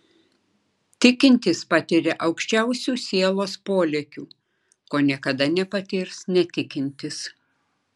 tikintis patiria aukščiausių sielos polėkių ko niekada nepatirs netikintis